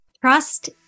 Trust